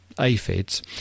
aphids